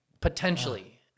Potentially